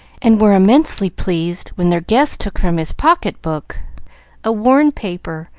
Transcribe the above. and were immensely pleased when their guest took from his pocket-book a worn paper,